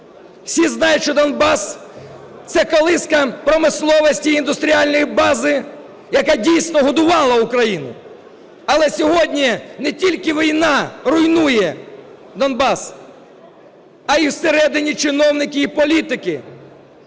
Всі знають, що Донбас – це колиска промисловості і індустріальної бази, яка дійсно годувала Україну. Але сьогодні не тільки війна руйнує Донбас, а і всередині чиновники і політики,